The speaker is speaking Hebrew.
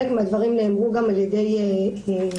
חלק מהדברים נאמרו גם על ידי חגית,